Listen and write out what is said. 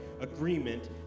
agreement